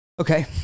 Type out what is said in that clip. Okay